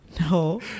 No